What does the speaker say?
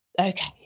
okay